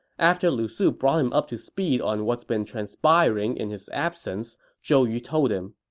after lu su brought him up to speed on what's been transpiring in his absence, zhou yu told him,